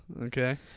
Okay